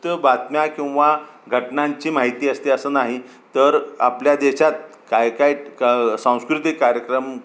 तं बातम्या किंवा घटनांची माहिती असते असं नाही तर आपल्या देशात काय काय क सांस्कृतिक कार्यक्रम